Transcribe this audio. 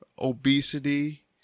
Obesity